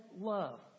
love